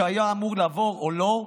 אם הוא אמור לעבור או לא,